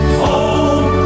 home